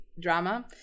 drama